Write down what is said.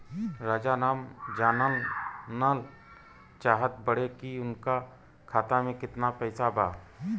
राजाराम जानल चाहत बड़े की उनका खाता में कितना पैसा बा?